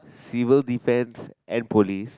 civil defence and police